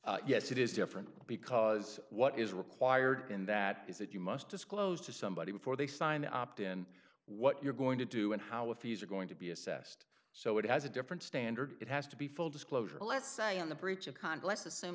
yes it is different because what is required in that is that you must disclose to somebody before they sign the opt in what you're going to do and how if you are going to be assessed so it has a different standard it has to be full disclosure let's say in the breach of convalesce assume